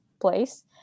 place